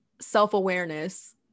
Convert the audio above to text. self-awareness